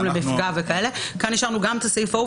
מכיוון שאישרנו את הסעיף ההוא,